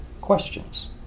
questions